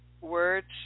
words